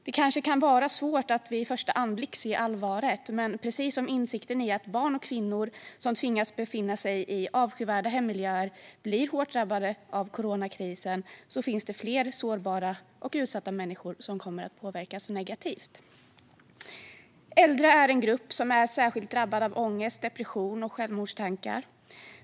Det kan kanske vara svårt att vid första anblick se allvaret. Men precis som insikten om att barn och kvinnor som tvingas befinna sig i avskyvärda hemmiljöer blir hårt drabbade av coronakrisen finns det fler sårbara och utsatta människor som kommer att påverkas negativt. Äldre är en grupp som är särskilt drabbad av ångest, depression och självmordstankar.